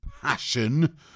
passion